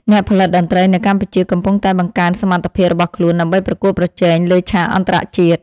អ្នកផលិតតន្ត្រីនៅកម្ពុជាកំពុងតែបង្កើនសមត្ថភាពរបស់ខ្លួនដើម្បីប្រកួតប្រជែងលើឆាកអន្តរជាតិ។